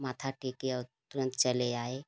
माथा टेके और तुरंत चले आए